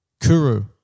Kuru